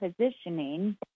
positioning